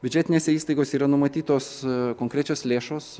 biudžetinėse įstaigose yra numatytos konkrečios lėšos